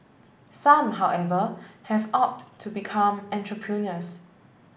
some however have opt to become entrepreneurs